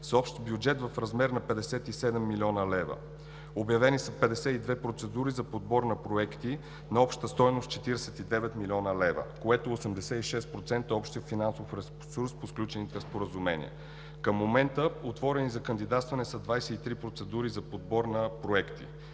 с общ бюджет в размер на 57 млн. лв.; обявени са 52 процедури за подбор на проекти на обща стойност 49 млн. лв., което е 86% от общия финансов ресурс по сключените споразумения. Към момента отворени за кандидатстване са 23 процедури за подбор на проекти.